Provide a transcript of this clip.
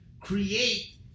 create